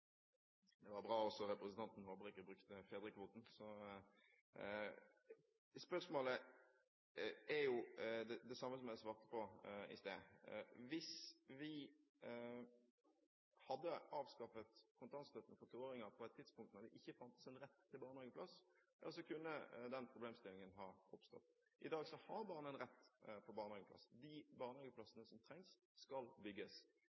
Det var bra at også representanten Håbrekke brukte fedrekvoten! Spørsmålet er det samme som jeg svarte på i stad: Hvis vi hadde avskaffet kontantstøtten for toåringer på et tidspunkt da det ikke fantes en rett til barnehageplass, kunne den problemstillingen ha oppstått. I dag har barn en rett til barnehageplass. De barnehageplassene som trengs, skal bygges.